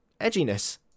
edginess